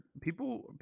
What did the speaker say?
People